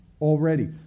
already